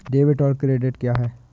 Debit और credit क्या है?